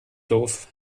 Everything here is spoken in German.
doof